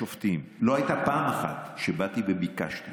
לשופטים, לא הייתה פעם אחת שבאתי וביקשתי